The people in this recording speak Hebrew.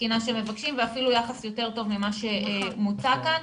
התקינה שמבקשים ואפילו יחס יותר טוב ממה שמוצע כאן.